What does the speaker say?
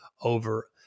over